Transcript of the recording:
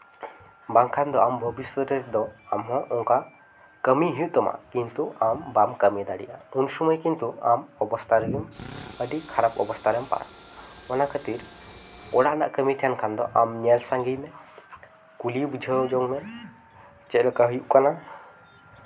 ᱵᱟᱝᱠᱷᱟᱱ ᱫᱚ ᱟᱢ ᱵᱷᱚᱵᱤᱥᱥᱚᱛ ᱨᱮᱫᱚ ᱟᱢᱦᱚᱸ ᱚᱱᱠᱟ ᱠᱟᱹᱢᱤ ᱦᱩᱭᱩᱜ ᱛᱟᱢᱟ ᱠᱤᱱᱛᱩ ᱟᱢ ᱵᱟᱢ ᱠᱟᱹᱢᱤ ᱫᱟᱲᱮᱭᱟᱜᱼᱟ ᱩᱱ ᱥᱚᱢᱚᱭ ᱠᱤᱱᱛᱩ ᱟᱢ ᱚᱵᱚᱥᱛᱷᱟ ᱨᱮᱜᱮᱢ ᱟᱹᱰᱤ ᱠᱷᱟᱨᱟᱯ ᱚᱵᱚᱥᱛᱷᱟ ᱨᱮᱢ ᱯᱟᱲᱟᱜᱼᱟ ᱚᱱᱟ ᱠᱷᱟᱹᱛᱤᱨ ᱚᱲᱟᱜ ᱨᱮᱱᱟᱜ ᱠᱟᱹᱢᱤ ᱛᱟᱦᱮᱱ ᱠᱷᱟᱱ ᱫᱚ ᱟᱢ ᱧᱮᱞ ᱥᱟᱝᱜᱮ ᱢᱮ ᱠᱩᱞᱤ ᱵᱩᱡᱷᱟᱹᱣ ᱡᱚᱝ ᱢᱮ ᱪᱮᱫ ᱞᱮᱠᱟ ᱦᱩᱭᱩᱜ ᱠᱟᱱᱟ